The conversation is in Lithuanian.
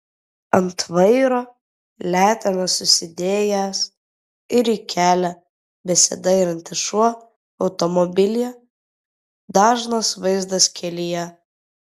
ant vairo letenas susidėjęs ir į kelią besidairantis šuo automobilyje dažnas vaizdas kelyje